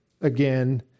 again